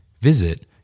Visit